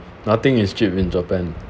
nothing is cheap in japan